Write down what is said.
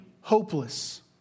hopeless